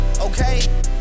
Okay